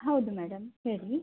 ಹೌದು ಮೇಡಮ್ ಹೇಳಿ